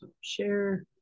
share